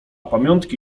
pamiątki